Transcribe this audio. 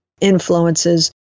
influences